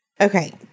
Okay